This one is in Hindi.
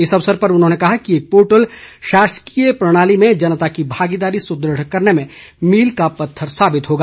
इस अवसर पर उन्होंने कहा कि ये पोर्टल शासकीय प्रणाली में जनता की भागीदारी सुदृढ़ करने में मील का पत्थर साबित होगा